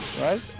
right